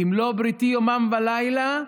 "אם לא בריתי יומם ולילה"